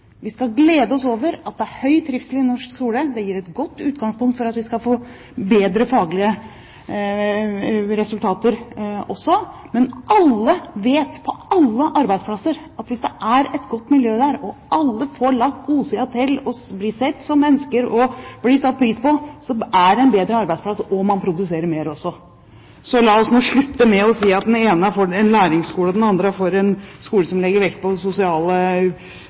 Vi skal glede oss over at det er høy trivsel i norsk skole, det er et godt utgangspunkt for at vi skal få bedre faglige resultater også. Men alle vet, på alle arbeidsplasser, at hvis det er et godt miljø og alle får lagt godsiden til, blir sett som mennesker og blir satt pris på, er det en bedre arbeidsplass, og man produserer mer også. Så la oss nå slutte med å si at den ene er for en læringsskole og den andre er for en skole som legger vekt på sosiale